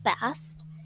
fast